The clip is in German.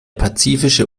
pazifische